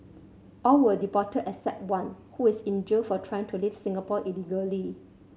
all were deported except one who is in jail for trying to leave Singapore illegally